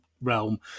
realm